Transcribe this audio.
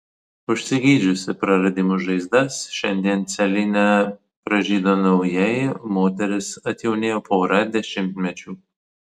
užsigydžiusi praradimų žaizdas šiandien celine pražydo naujai moteris atjaunėjo pora dešimtmečių